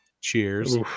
cheers